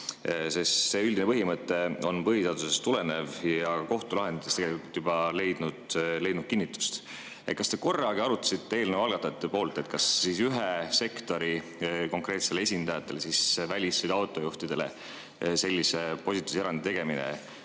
See üldine põhimõte on põhiseadusest tulenev ja kohtulahendites tegelikult juba leidnud kinnitust. Kas te korragi arutasite eelnõu algatajatena, kas ühe sektori konkreetsetele esindajatele, välis[vedude] autojuhtidele sellise positiivse erandi tegemine